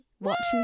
watching